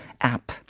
app